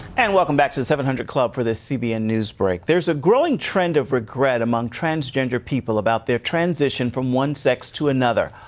and welcome back to the seven hundred club for this cbn news break. there's a growing trend of regret among transgender people about their transition from one sex to another.